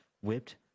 whipped